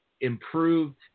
improved